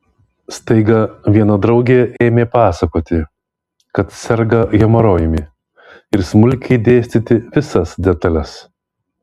staiga viena draugė ėmė pasakoti kad serga hemorojumi ir smulkiai dėstyti visas detales